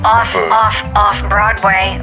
Off-Off-Off-Broadway